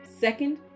Second